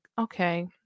okay